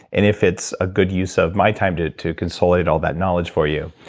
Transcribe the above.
and if it's a good use of my time to to consolidate all that knowledge for you,